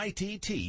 ITT